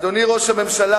אדוני ראש הממשלה,